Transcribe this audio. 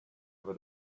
over